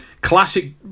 classic